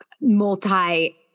multi-